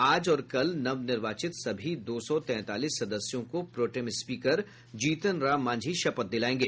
आज और कल नव निर्वाचित सभी दो सौ तैंतालीस सदस्यों को प्रोटेम स्पीकर जीतन राम मांझी शपथ दिलायेंगे